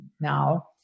now